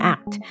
Act